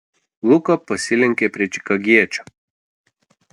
luka pasilenkė prie čikagiečio